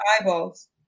eyeballs